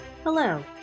Hello